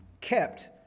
kept